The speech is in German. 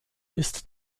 ist